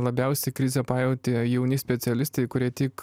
labiausiai krizę pajautė jauni specialistai kurie tik